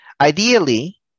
Ideally